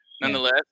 nonetheless